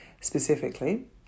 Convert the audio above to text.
specifically